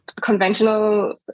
conventional